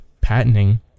patenting